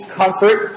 comfort